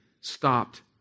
stopped